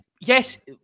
Yes